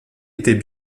étaient